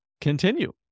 continue